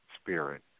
spirit